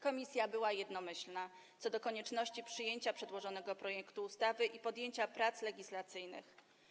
Komisja była jednomyślna co do konieczności przyjęcia przedłożonego projektu ustawy i podjęcia prac legislacyjnych.